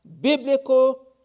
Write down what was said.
biblical